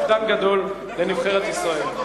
אובדן גדול לנבחרת ישראל.